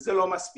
וזה לא מספיק.